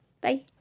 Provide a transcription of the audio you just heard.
bye